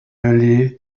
only